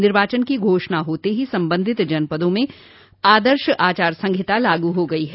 निर्वाचन की घोषणा होते ही संबंधित जनपदों में आदर्श आचार संहिता लागू हो गई है